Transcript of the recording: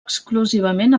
exclusivament